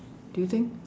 do you think